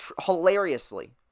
hilariously